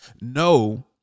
No